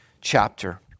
chapter